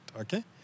okay